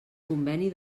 conveni